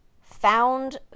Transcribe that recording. found